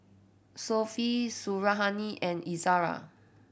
Sofea Suriani and Izara